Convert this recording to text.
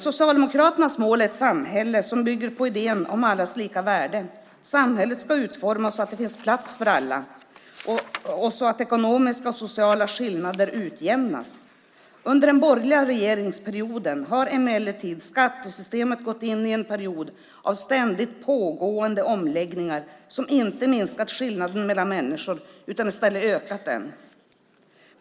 Socialdemokraternas mål är ett samhälle som bygger på idén om allas lika värde. Samhället ska utformas så att det finns plats för alla och så att ekonomiska och sociala skillnader utjämnas. Under den borgerliga regeringsperioden har emellertid skattesystemet gått in i en period av ständigt pågående omläggningar som inte har minskat skillnaden mellan människor utan i stället ökat den.